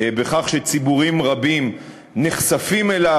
בכך שציבורים רבים נחשפים אליו.